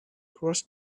cross